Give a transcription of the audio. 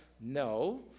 No